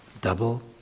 double